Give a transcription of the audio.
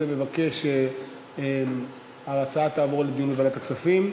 מבקש שההצעה תעבור לדיון בוועדת הכספים.